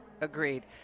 Agreed